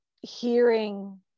hearing